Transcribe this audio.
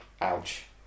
Ouch